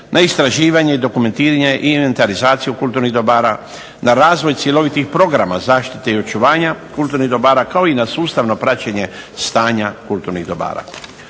na istraživanje i dokumentiranje i inventarizaciju kulturnih dobara, na razvoj cjelovitih programa zaštite i očuvanja kulturnih dobara, kao i na sustavno praćenje stanja kulturnih dobara.